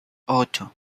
ocho